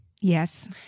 Yes